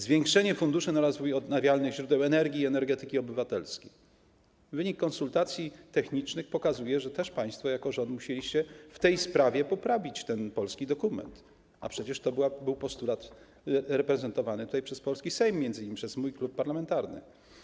Zwiększenie funduszy na rozwój odnawialnych źródeł energii i energetyki odnawialnej - wynik konsultacji technicznych pokazuje, że też państwo jako rząd musieliście w tej sprawie poprawić polski dokument, a przecież to był postulat prezentowany m.in. przez polski Sejm, przez mój klub parlamentarny.